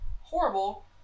horrible